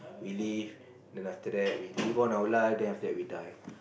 we live then after that we live on our lives then after that we die